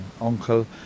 uncle